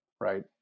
right